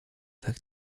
tak